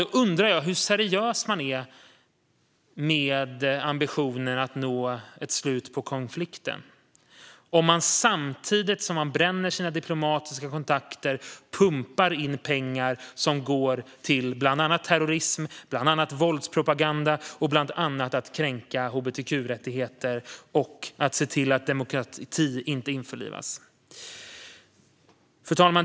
Jag undrar hur seriös man är med ambitionen att nå ett slut på konflikten när man samtidigt som man bränner sina diplomatiska kontakter pumpar in pengar som går till bland annat terrorism, våldspropaganda, kränkning av hbtq-rättigheter och att se till att demokrati inte införs. Fru talman!